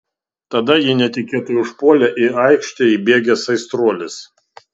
tada jį netikėtai užpuolė į aikštę įbėgęs aistruolis